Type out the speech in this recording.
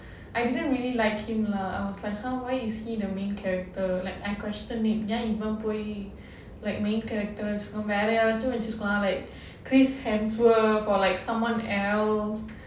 I didn't really like him lah I was like !huh! why is he the main character like i'm questioning இவன் போய்:ivan poyi like main characters வேற யாரச்சும் வெச்சுருக்கலாம்:vera yaraachum vechurukalaam like chris hemsworth or like someone else